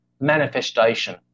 manifestation